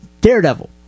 Daredevil